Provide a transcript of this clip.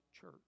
church